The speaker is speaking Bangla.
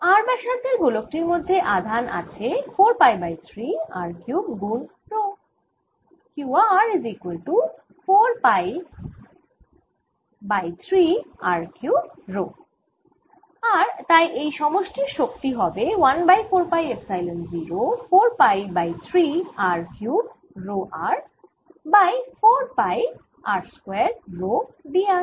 r ব্যসার্ধের গোলক টির মধ্যে আধান আছে 4 পাই বাই 3 r কিউব গুন রো Q 4 π 3 r3 ρ আর তাই এই সমষ্টির শক্তি হবে 1 by 4 pi epsilon 0 4 pi by 3 r cube rho by 4 pi r square rho dr